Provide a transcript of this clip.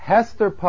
Hester